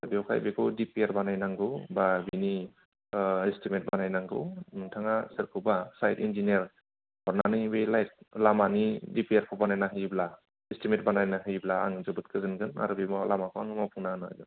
बेवहाय बेखौ डिपिआर बानाय नांगौ बा बिनि एसटिमेट बानाय नांगौ नोंथाङा सोरखौबा साइट इन्जिनियार हरनानै बे लायटलामानि डिपिआरखौ बानायनानै होयोब्ला एसटिमेट बानायना होयोब्ला आङो जोबोद गोजोनगोन आरो बे लामाखौ आङो मावफुंना होनो हागोन